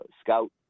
scout